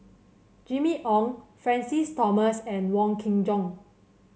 Jimmy Ong Francis Thomas and Wong Kin Jong